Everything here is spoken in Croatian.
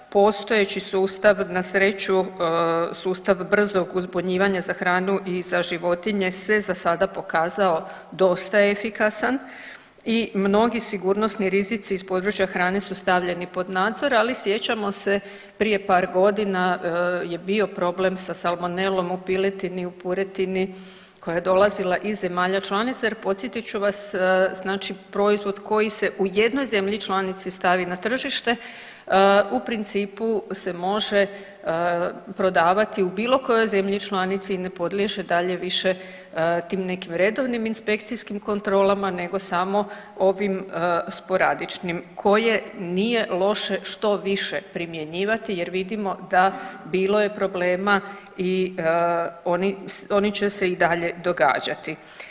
Postojeći sustav na sreću, sustav brzog uzbunjivanja za hranu i za životinje se za sada pokazao dosta efikasan i mnogi sigurnosni rizici iz područja hrane su stavljeni pod nadzor, ali sjećamo se prije par godina je bio problem sa salmonelom u piletini, u puretini koja je dolazila iz zemalja članica jer podsjetit ću vas znači proizvod koji se u jednoj zemlji članici stavi na tržište u principu se može prodavati u bilo kojoj zemlji članici i ne podliježe dalje više tim nekim redovnim inspekcijskim kontrolama nego samo ovim sporadičnim koje nije loše što više primjenjivati jer vidimo da bilo je problema i oni će se i dalje događati.